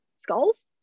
skulls